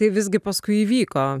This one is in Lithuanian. tai visgi paskui įvyko